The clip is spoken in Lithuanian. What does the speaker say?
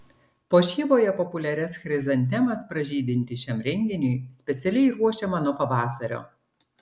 puošyboje populiarias chrizantemas pražydinti šiam renginiui specialiai ruošiama nuo pavasario